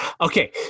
Okay